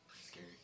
scary